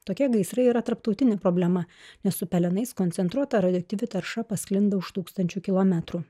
tokie gaisrai yra tarptautinė problema nes su pelenais koncentruota radioaktyvi tarša pasklinda už tūkstančių kilometrų